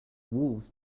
wolves